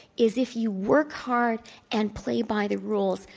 is if you work hard and play by the rules,